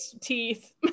teeth